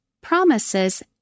promises